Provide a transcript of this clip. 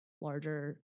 larger